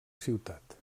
ciutat